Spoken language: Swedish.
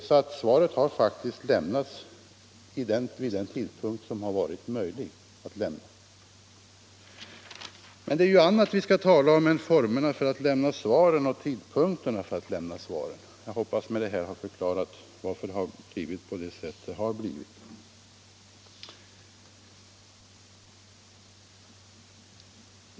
Svaret har därför faktiskt lämnats vid den första tidpunkt då det varit möjligt att lämna det. — Men det är ju annat vi skall tala om än formerna och tidpunkterna för att lämna svar. Jag hoppas med detta ha förklarat varför det har blivit på detta sätt.